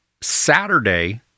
Saturday